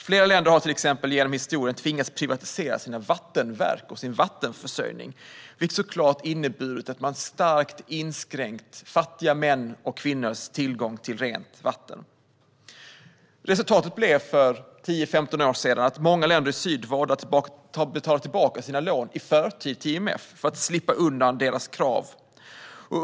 Flera länder har till exempel genom historien tvingats privatisera sina vattenverk och sin vattenförsörjning, vilket såklart har inneburit att man starkt har inskränkt fattiga mäns och kvinnors tillgång till rent vatten. Resultat blev för 10-15 år sedan att många länder i syd valde att betala tillbaka sina lån i förtid till IMF för att slippa undan dess krav.